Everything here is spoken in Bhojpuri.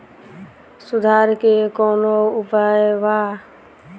सुधार के कौनोउपाय वा?